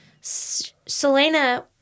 Selena